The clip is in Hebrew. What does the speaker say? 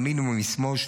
מימין ומשמאל,